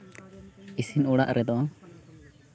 ᱤᱥᱤᱱ ᱚᱲᱟᱜ ᱨᱮᱫᱚ